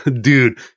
Dude